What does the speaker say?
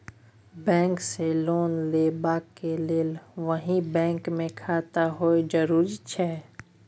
Bank से loan लेबै के लेल वही बैंक मे खाता होय जरुरी छै?